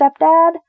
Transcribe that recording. stepdad